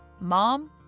Mom